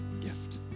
gift